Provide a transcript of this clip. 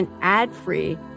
ad-free